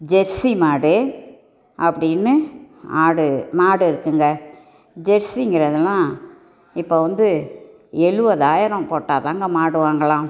Jersey மாடு அப்படின்னு ஆடு மாடு இருக்குதுங்க ஜெர்சிங்குறதுலாம் இப்போ வந்து எழுபதாயிரம் போட்டால் தாங்க மாடு வாங்கலாம்